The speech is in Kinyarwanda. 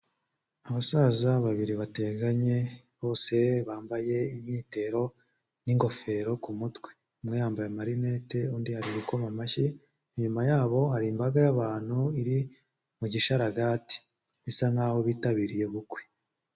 Abasaza babiri bateganye bose bambaye imyitero n'ingofero ku mutwe, umwe yambaye amarinete, undi ari gukoma amashyi, inyuma yabo hari imbaga y'abantu iri mu gishararagati bisa nk'aho bitabiriye ubukwe.